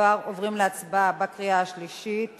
כבר עוברים להצבעה בקריאה שלישית